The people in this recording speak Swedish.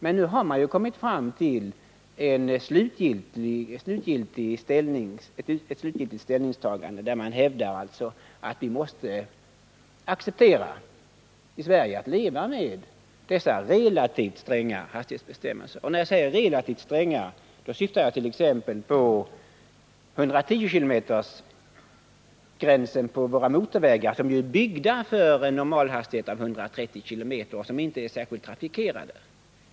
Men nu har man ju kommit fram till ett slutgiltigt ställningstagande. Man hävdar alltså att vi måste acceptera att leva med relativt stränga hastighetsbestämmelser. När jag säger relativt stränga hastighetsbestämmelser syftar jag på t.ex. 110 km-gränsen beträffande våra motorvägar, som ju är byggda för en normalhastighet på 130 km/tim och som inte är särskilt starkt trafikerade.